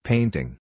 Painting